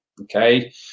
Okay